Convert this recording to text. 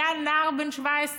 הוא היה אז נער בן 17,